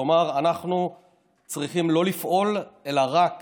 כלומר, אנחנו צריכים לא לפעול, אלא רק